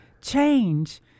change